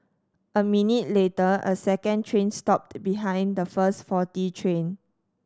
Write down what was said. a minute later a second train stopped behind the first faulty train